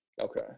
Okay